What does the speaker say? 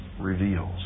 reveals